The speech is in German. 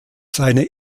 seine